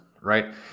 right